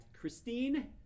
Christine